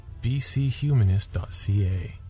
bchumanist.ca